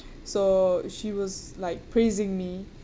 so she was like praising me